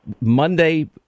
Monday